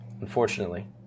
Unfortunately